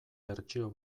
bertsio